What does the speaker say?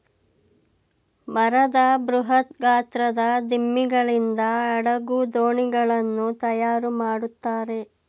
ಮರದ ಬೃಹತ್ ಗಾತ್ರದ ದಿಮ್ಮಿಗಳಿಂದ ಹಡಗು, ದೋಣಿಗಳನ್ನು ತಯಾರು ಮಾಡುತ್ತಾರೆ